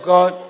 God